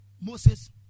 Moses